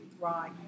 Right